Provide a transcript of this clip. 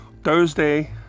Thursday